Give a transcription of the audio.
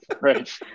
Right